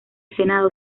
senado